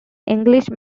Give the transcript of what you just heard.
english